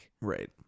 Right